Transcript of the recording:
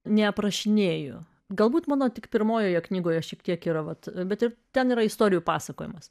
neaprašinėju galbūt mano tik pirmojoje knygoje šiek tiek yra vat bet ir ten yra istorijų pasakojimas